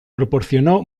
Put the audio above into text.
proporcionó